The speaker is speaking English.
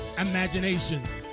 imaginations